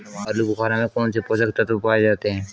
आलूबुखारा में कौन से पोषक तत्व पाए जाते हैं?